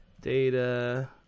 data